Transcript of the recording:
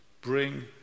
bring